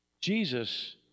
jesus